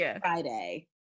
Friday